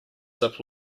zip